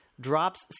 Drops